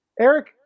Eric